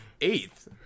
eighth